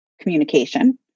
communication